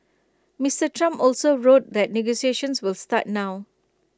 Mister Trump also wrote that negotiations will start now